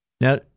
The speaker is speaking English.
now